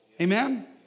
amen